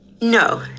No